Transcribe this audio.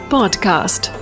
Podcast